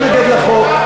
זה מצער שאתה מתנגד לחוק.